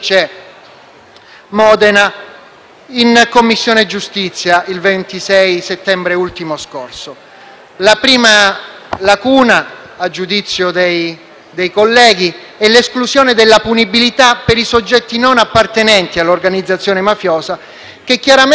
La prima lacuna - a giudizio dei colleghi - è l'esclusione della punibilità per i soggetti non appartenenti all'organizzazione mafiosa, che chiaramente diminuisce la portata della norma.